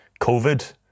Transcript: COVID